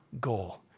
goal